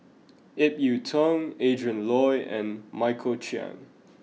Ip Yiu Tung Adrin Loi and Michael Chiang